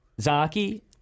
Zaki